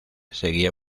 seguía